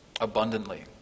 abundantly